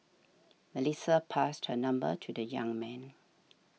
Melissa passed her number to the young man